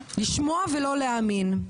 לשמוע ולא להאמין.